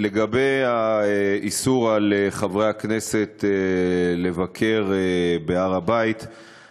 לגבי האיסור על חברי הכנסת לבקר בהר-הבית,